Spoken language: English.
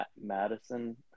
Madison